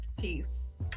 Peace